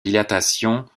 dilatation